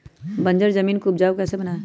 बंजर जमीन को उपजाऊ कैसे बनाय?